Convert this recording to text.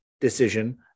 decision